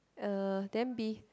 uh then b